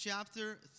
chapter